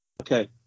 Okay